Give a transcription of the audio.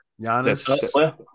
Giannis